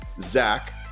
Zach